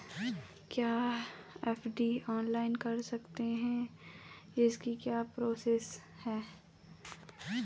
क्या FD online कर सकते हैं इसकी क्या प्रोसेस है?